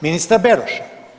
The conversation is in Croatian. ministra Beroša.